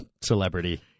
celebrity